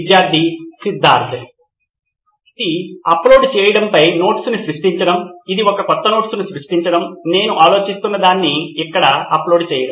విద్యార్థి సిద్ధార్థ్ ఇది అప్లోడ్ చేయడంపై నోట్స్ను సృష్టించడం ఇది ఒక క్రొత్త నోట్స్ను సృష్టించడం నేను ఆలోచిస్తున్నదాన్ని ఇక్కడ అప్లోడ్ చేయడం